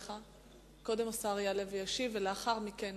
סליחה, קודם השר יעלה וישיב, ולאחר מכן